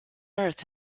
earth